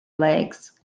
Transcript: legs